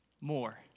more